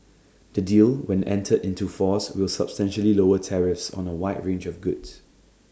the deal when entered into force will substantially lower tariffs on A wide range of goods